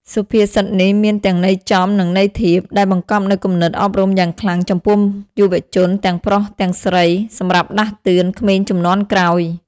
សុភាសិតនេះមានទាំងន័យចំ និងន័យធៀប ដែលបង្កប់នូវគំនិតអប់រំយ៉ាងខ្លាំងចំពោះយុវជនទាំងប្រុសទាំងស្រី សម្រាប់ដាស់តឿនក្មេងជំនាន់ក្រោយ។